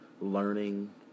learning